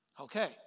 Okay